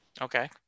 Okay